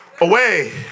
away